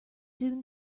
soon